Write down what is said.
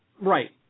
Right